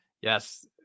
Yes